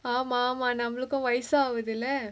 ஆமா ஆமா நம்மளுக்கு வயசாகுதுல:aamaa aamaa nammalukku vayasaaguthula